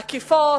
עקיפות,